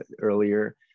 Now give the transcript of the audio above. earlier